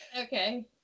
Okay